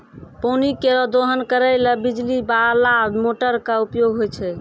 पानी केरो दोहन करै ल बिजली बाला मोटर क उपयोग होय छै